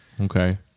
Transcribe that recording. okay